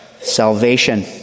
salvation